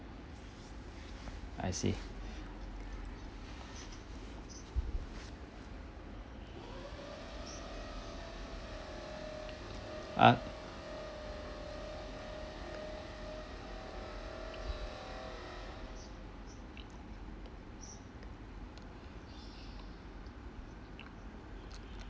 I see uh